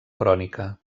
crònica